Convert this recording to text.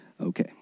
Okay